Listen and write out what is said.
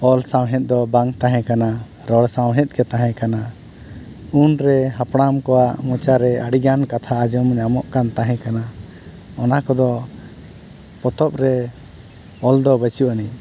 ᱚᱞ ᱥᱟᱶᱦᱮᱫ ᱫᱚ ᱵᱟᱝ ᱛᱟᱦᱮᱸ ᱠᱟᱱᱟ ᱨᱚᱲ ᱥᱟᱶᱦᱮᱫ ᱜᱮ ᱛᱟᱦᱮᱸ ᱠᱟᱱᱟ ᱩᱱᱨᱮ ᱦᱟᱯᱲᱟᱢ ᱠᱚᱣᱟᱜ ᱢᱚᱪᱟ ᱨᱮ ᱟᱹᱰᱤ ᱜᱟᱱ ᱠᱟᱛᱷᱟ ᱟᱸᱡᱚᱢ ᱧᱟᱢᱚᱜ ᱠᱟᱱ ᱛᱟᱦᱮᱠᱟᱱᱟ ᱚᱱᱟ ᱠᱚᱫᱚ ᱯᱚᱛᱚᱵ ᱨᱮ ᱚᱞ ᱫᱚ ᱵᱟᱹᱪᱩᱜ ᱟᱹᱱᱤᱡ